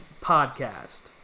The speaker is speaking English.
podcast